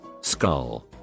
skull